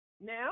Now